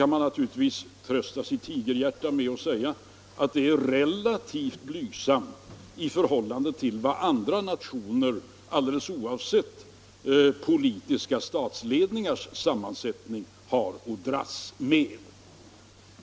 Man kan naturligtvis trösta sitt tigerhjärta med att den är ganska blygsam i förhållande till vad andra nationer, alldeles oavsett den politiska sammansättningen på statsledningen, haft att dras med.